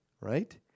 right